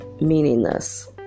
meaningless